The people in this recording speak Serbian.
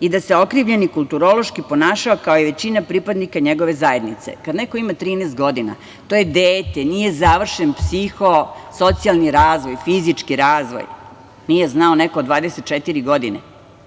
i da se okrivljeni kulturološki ponašao, kao i većina pripadnika njegove zajednice. Kada neko ima 13 godina, to je dete, nije završen psiho-socijalni razvoj, fizički razvoj, nije znao neko od 24 godine. Ono